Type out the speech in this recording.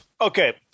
Okay